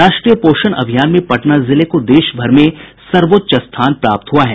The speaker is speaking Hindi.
राष्ट्रीय पोषण अभियान में पटना जिले को देश भर में सर्वोच्च स्थान प्राप्त हुआ है